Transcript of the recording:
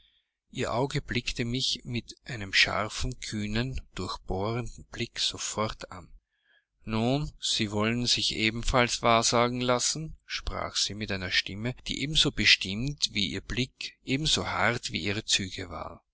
ihr auge blickte mich mit einem scharfen kühnen durchbohrenden blicke sofort an nun sie wollen sich ebenfalls wahrsagen lassen sprach sie mit einer stimme die ebenso bestimmt wie ihr blick ebenso hart wie ihre züge war